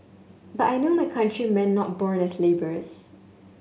but I know my countrymen not born as labourers